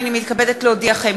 הנני מתכבדת להודיעכם,